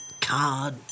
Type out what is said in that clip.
Card